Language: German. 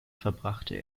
verbrachte